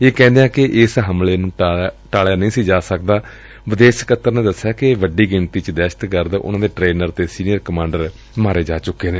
ਇਹ ਕਹਿਦਿਆਂ ਕਿਹਾ ਕਿ ਇਸ ਹਮਲੇ ਨੂੰ ਟਾਲਿਆ ਨਹੀਂ ਸੀ ਜਾ ਸਕਦਾ ਵਿਦੇਸ਼ ਸਕੱਤਰ ਨੇ ਦਸਿਆ ਕਿ ਵੱਡੀ ਗਣਤੀ ਚ ਦਹਿਸ਼ਤਗਰਦ ਉਨਾਂ ਦੇ ਟਰੇਨਰ ਅਤੇ ਸੀਨੀਅਰ ਕਮਾਂਡਰ ਮਾਰੇ ਜਾ ਚੁੱਕੇ ਨੇ